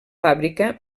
fàbrica